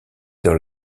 dans